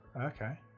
Okay